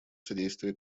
содействия